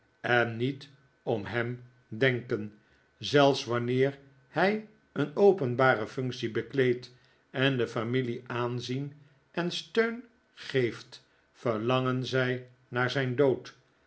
en niet om hem denken zelfs wanneer hij een openbare functie bekleedt en de familie aanzien en steun geeft verlangen zij naar zijn dood